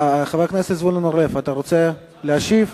חבר הכנסת זבולון אורלב, אתה רוצה להשיב?